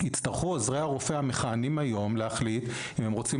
יצטרכו עוזרי הרופא המכהנים היום להחליט אם הם רוצים